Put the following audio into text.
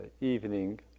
evening